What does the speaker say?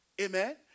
Amen